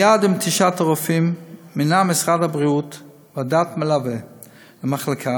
מייד עם נטישת הרופאים מינה משרד הבריאות ועדה מלווה למחלקה,